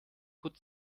gut